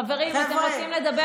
חברים, אתם רוצים לדבר?